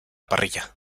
parrilla